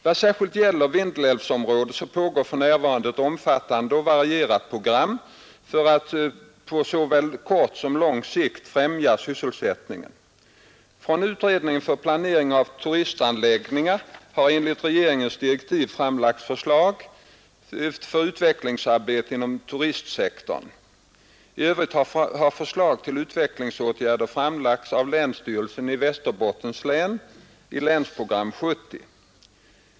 Vad särskilt gäller Vindelälvsområdet pågår för närvarande ett omfattande och varierat program för att på såväl kort som lång sikt främja sysselsättningen. Från utredningen för planeringen av turistanläggningar har enligt regeringens direktiv framlagts förslag för utvecklingsarbetet inom turistsektorn. I övrigt har förslag till utvecklingsåtgärder framlagts av länsstyrelsen i Västerbottens län i Länsprogram 70.